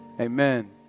Amen